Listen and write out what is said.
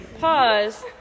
pause